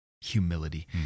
humility